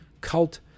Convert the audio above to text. cult